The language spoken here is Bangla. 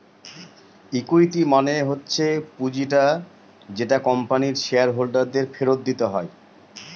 ইকুইটি মানে হচ্ছে পুঁজিটা যেটা কোম্পানির শেয়ার হোল্ডার দের ফেরত দিতে হয়